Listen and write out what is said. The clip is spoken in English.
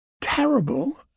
terrible